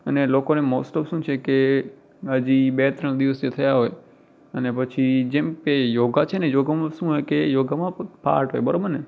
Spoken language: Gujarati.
અને લોકોને મોસ્ટ ઑફ શું છે કે હજી બે ત્રણ દિવસ થયા હોય અને પછી જેમ કે યોગ છે ને યોગમાં શું હોય કે એ યોગમાં પાર્ટ હોય બરાબરને